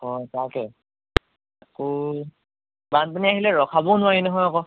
হয় তাকে আকৌ বানপানী আহিলে ৰখাবও নোৱাৰি নহয় আকৌ